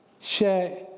share